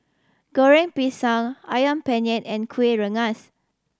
Goreng Pisang Ayam Penyet and Kueh Rengas